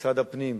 משרד הפנים,